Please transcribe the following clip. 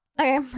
okay